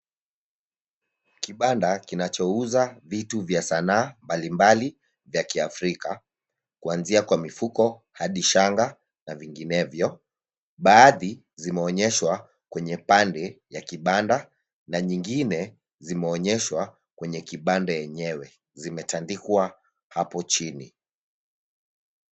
Kibanda kinachouza vitu vya sanaa mbali mbali vya Kiafrika, kuanzia kwa mifuko hadi shanga na vinginevyo. Baadhi zimeonyeshwa kwenye pande ya kibanda na nyingine zimeonyeshwa kwenye kibanda yenyewe. Zimetandikwa hapo chini.